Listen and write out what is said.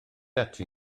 ati